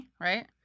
right